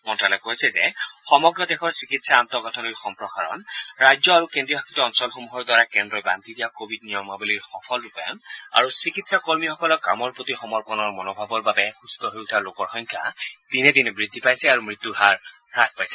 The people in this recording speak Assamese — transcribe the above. মন্তালয়ে কৈছে যে সমগ্ৰ দেশৰে চিকিৎসা আন্তঃগাঁঠনিৰ সম্প্ৰসাৰণ ৰাজ্য আৰু কেন্দ্ৰীয় শাসিত অঞ্চলসমূহৰ দ্বাৰা কেন্দ্ৰই বাদ্ধি দিয়া কোৱিড নিয়মাৱলী সফল ৰূপায়ণ আৰু চিকিৎসা কৰ্মীসকলৰ কামৰ প্ৰতি সমৰ্পনৰ মনোভাৱৰ বাবে সুস্থ হৈ উঠা লোকৰ সংখ্যা দিনে দিনে বৃদ্ধি পাইছে আৰু মৃত্যুৰ হাৰ হ্ৰাস পাইছে